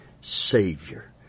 Savior